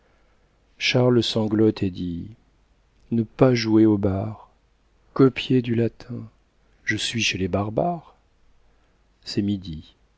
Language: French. charles sanglote et dit ne pas jouer aux barres copier du latin je suis chez les barbares c'est midi